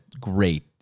great